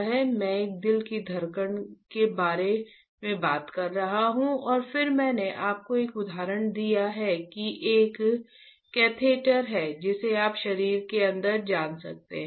और मैं दिल की धड़कन के बारे में बात कर रहा था और फिर मैंने आपको एक उदाहरण दिया कि एक कैथेटर है जिसे आप शरीर के अंदर जान सकते हैं